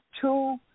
two